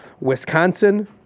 Wisconsin